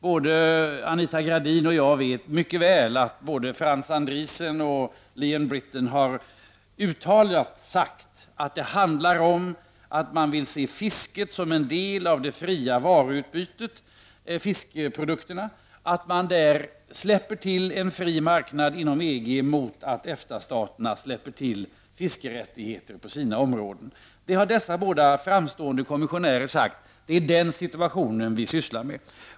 Både Anita Gradin och jag är mycket väl medvetna om att såväl Frans Andriessen som Leon Brittan har uttalat att man vill se fiskeprodukterna som en del av det fria varuutbytet, att man släpper till en fri marknad inom EG mot att EFTA-staterna släpper till fiskerättigheter på sina områden. Det är vad dessa båda framstående kommissionärer har sagt, och det är denna situation som vi har att syssla med.